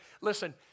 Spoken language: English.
Listen